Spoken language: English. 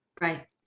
right